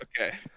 Okay